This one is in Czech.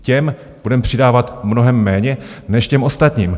Těm budeme přidávat mnohem méně než těm ostatním.